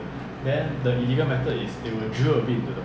I I I seriously don't know lah I I think